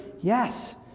yes